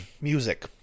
music